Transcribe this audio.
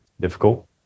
difficult